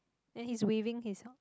then he's waving his arm